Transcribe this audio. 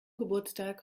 geburtstag